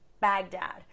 baghdad